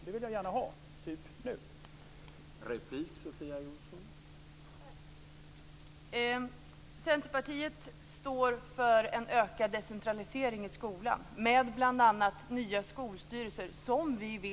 Det vill jag gärna ha, t.ex. nu.